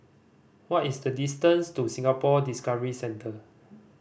what is the distance to Singapore Discovery Centre